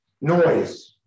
noise